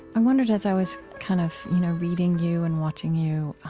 i wondered as i was kind of, you know, reading you and watching you,